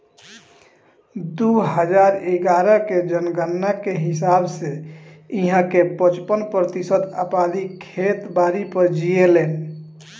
दू हजार इग्यारह के जनगणना के हिसाब से इहां के पचपन प्रतिशत अबादी खेती बारी पर जीऐलेन